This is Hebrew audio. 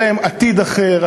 יהיה להם עתיד אחר,